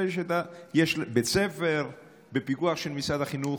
יש בית ספר בפיקוח של משרד החינוך.